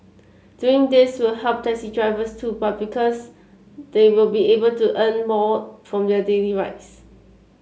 doing this will help taxi drivers too because they'll be able to earn more from their daily rides